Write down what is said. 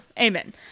Amen